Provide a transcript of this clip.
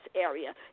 area